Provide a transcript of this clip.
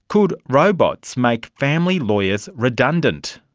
could robots make family lawyers redundant?